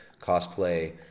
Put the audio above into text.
cosplay